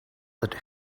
that